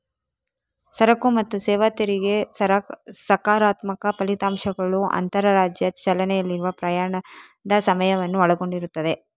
ಸರಕು ಮತ್ತು ಸೇವಾ ತೆರಿಗೆ ಸಕಾರಾತ್ಮಕ ಫಲಿತಾಂಶಗಳು ಅಂತರರಾಜ್ಯ ಚಲನೆಯಲ್ಲಿನ ಪ್ರಯಾಣದ ಸಮಯವನ್ನು ಒಳಗೊಂಡಿರುತ್ತದೆ